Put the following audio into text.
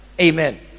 Amen